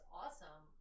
awesome